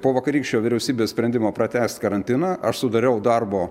po vakarykščio vyriausybės sprendimo pratęst karantiną aš sudariau darbo